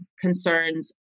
concerns